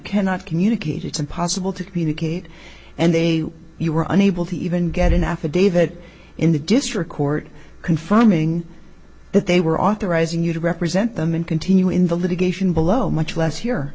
cannot communicate it's impossible to communicate and they you were unable to even get an affidavit in the district court confirming that they were authorizing you to represent them and continue in the litigation below much less here